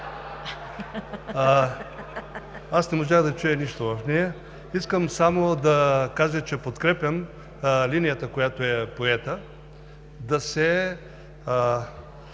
Аз не можах да чуя нищо в нея. Искам само да кажа, че подкрепям линията, която е поета – да се